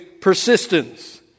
persistence